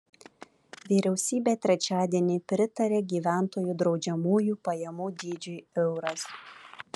vyriausybė trečiadienį pritarė gyventojų draudžiamųjų pajamų dydžiui euras